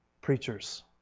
preachers